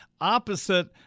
opposite